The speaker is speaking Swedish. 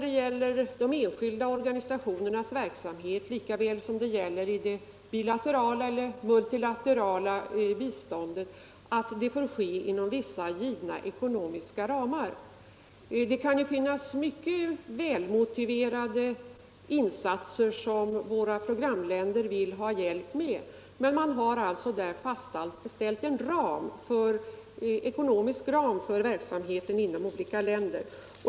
De enskilda organisationernas verksamhet måste lika väl som det bilaterala eller det multilaterala biståndet ske inom vissa givna ekonomiska ramar. Det kan finnas mycket väl motiverade insatser som våra programländer vill ha hjälp med, men man har fastställt en ekonomisk ram för verk samheten inom olika länder.